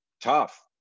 tough